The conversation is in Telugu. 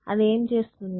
అది ఏమి చేస్తుంది